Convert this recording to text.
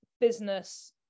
business